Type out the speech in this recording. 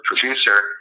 producer